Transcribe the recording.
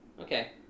Okay